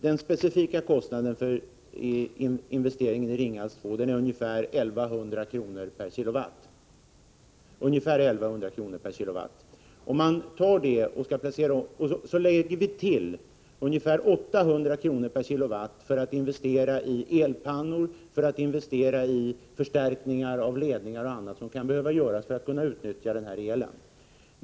Den specifika kostnaden för investeringen är ungefär 1 100 kr. per kilowatt. Sedan kan man lägga till ungefär 800 kr. per kilowatt för investering i elpannor, förstärkningar av distributionsnät m.m., som kan behöva göras för att man skall kunna utnyttja elen.